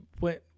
went